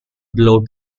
blow